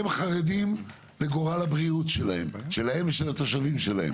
הם חרדים לגורל הבריאות שלהם ולשל התושבים שלהם.